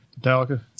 Metallica